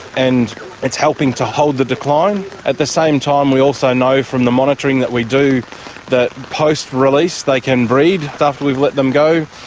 and it's helping to hold the decline. at the same time we also know from the monitoring that we do that post-release they can breed, after we've let them go.